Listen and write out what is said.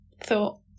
thought